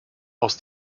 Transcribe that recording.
aus